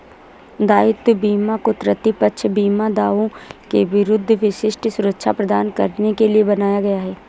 दायित्व बीमा को तृतीय पक्ष बीमा दावों के विरुद्ध विशिष्ट सुरक्षा प्रदान करने के लिए बनाया गया है